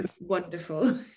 wonderful